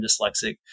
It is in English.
dyslexic